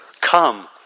Come